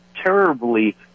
terribly